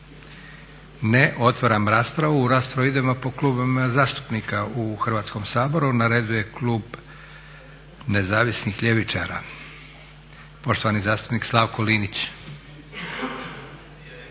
Ne. Otvaram raspravu. U raspravu idemo po klubovima zastupnika u Hrvatskom saboru. Na redu je Klub Nezavisnih ljevičara. Poštovani zastupnik Slavko Linić.